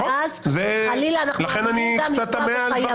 אז חלילה אנחנו עלולים גם לטעות לחייבים.